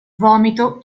vomito